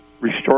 restore